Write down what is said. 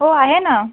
हो आहे ना